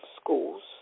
schools